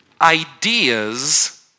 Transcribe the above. ideas